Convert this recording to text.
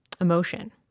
emotion